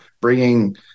bringing